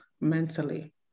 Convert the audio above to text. mentally